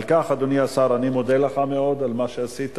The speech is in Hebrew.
על כן, אדוני השר, אני מודה לך מאוד על מה שעשית.